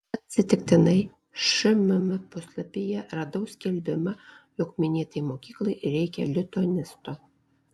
atsitiktinai šmm puslapyje radau skelbimą jog minėtai mokyklai reikia lituanisto